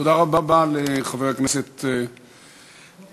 תודה רבה לחבר הכנסת מוזס.